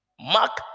Mark